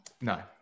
No